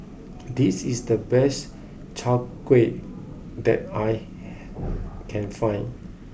this is the best Chai Kueh that I can find